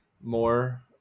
more